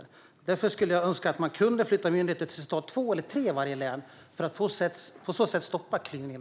För att stoppa klyvningen i landet skulle jag därför önska att man kunde flytta myndigheter till stad två eller tre i varje län.